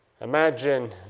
Imagine